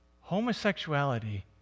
Homosexuality